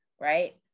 right